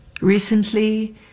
recently